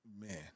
man